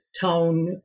town